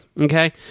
Okay